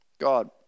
God